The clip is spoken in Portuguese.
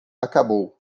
acabou